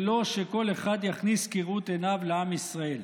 ולא שכל אחד יכניס כראות עיניו אנשים לעם ישראל.